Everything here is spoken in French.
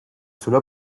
solo